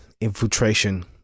infiltration